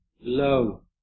low